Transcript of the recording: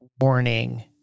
warning